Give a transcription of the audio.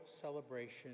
celebration